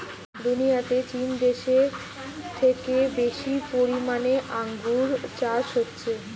দুনিয়াতে চীন দেশে থেকে বেশি পরিমাণে আঙ্গুর চাষ হচ্ছে